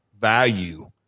value